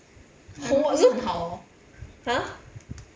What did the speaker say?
!huh!